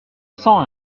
cent